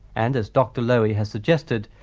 and as dr lowe has suggested,